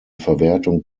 verwertung